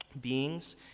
beings